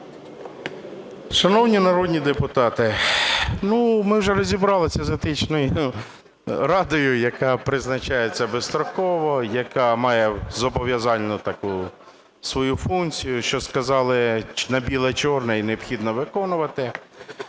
Шановні народні депутати, ну, ми вже розібралися з Етичною радою, яка призначається безстроково, яка має зобов'язальну таку свою функцію, що сказали на біле чорне - і необхідно виконувати.